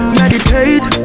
meditate